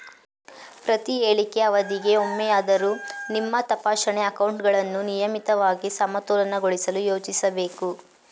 ಪ್ರತಿಹೇಳಿಕೆ ಅವಧಿಗೆ ಒಮ್ಮೆಯಾದ್ರೂ ನಿಮ್ಮ ತಪಾಸಣೆ ಅಕೌಂಟ್ಗಳನ್ನ ನಿಯಮಿತವಾಗಿ ಸಮತೋಲನಗೊಳಿಸಲು ಯೋಚಿಸ್ಬೇಕು